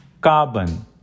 carbon